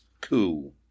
coup